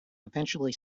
eventually